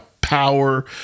power